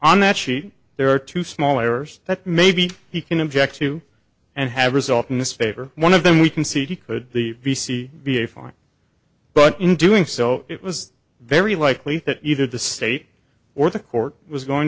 on that sheet there are two small errors that maybe he can object to and have a result in this favor one of them we can see could the v c be a fine but in doing so it was very likely that either the state or the court was going